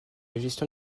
gestion